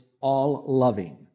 all-loving